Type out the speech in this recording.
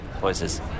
voices